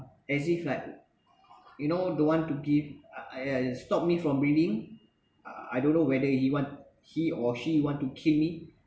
as if like you know don't want to give I yeah stop me from breathing uh I don't know whether he want he or she want to kill me